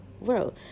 world